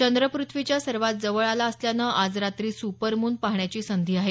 चंद्र प्रथ्वीच्या सर्वात जवळ आला असल्यानं आज रात्री सुपरमून पाहण्याची संधी आहे